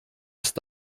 ist